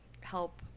help